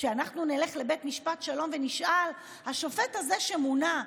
שאנחנו נלך לבית משפט שלום ונשאל: השופט הזה שמונה,